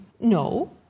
No